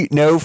no